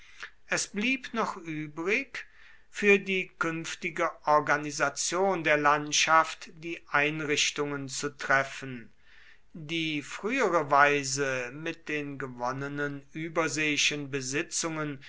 es blieb noch übrig für die künftige organisation der landschaft die einrichtungen zu treffen die frühere weise mit den gewonnenen überseeischen besitzungen